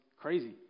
crazy